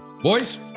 boys